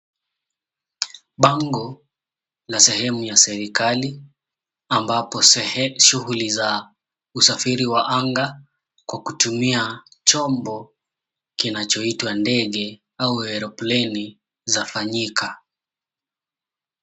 Bango la sehemu ya serikali ambapo shughuli za usafiri wa anga kwa kutumia chombo kinachoitwa ndege au eropleni zafanyika.